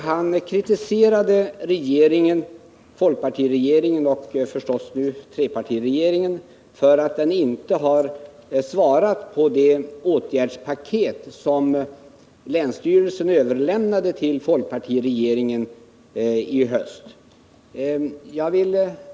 Han kritiserade folkpartiregeringen och — förstås nu — trepartiregeringen för att de inte har svarat på det förslag till åtgärdspaket som länsstyrelsen överlämnat till folkpartiregeringen i höst.